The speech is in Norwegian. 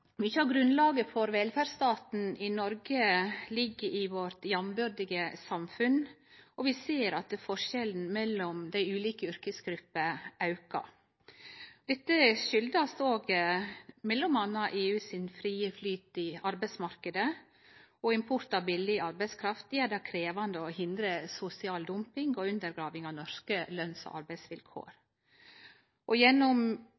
Mykje av grunnlaget for velferdsstaten i Noreg ligg i vårt jambyrdige samfunn, og vi ser at forskjellen mellom dei ulike yrkesgruppene aukar. Dette skuldast m.a. EUs frie flyt i arbeidsmarknaden, og import av billig arbeidskraft gjer det krevjande å hindre sosial dumping og undergraving av norske løns- og arbeidsvilkår. Gjennom ukontrollert arbeidskraftimport er det vanskelegare å oppretthalde akseptable løns- og